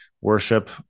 worship